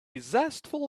zestful